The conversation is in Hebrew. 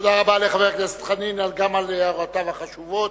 תודה רבה לחבר הכנסת חנין, גם על הערותיו החשובות.